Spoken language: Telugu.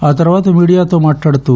ఆ తర్వాత మీడియాతో మాట్లాడుతూ